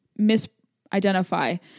misidentify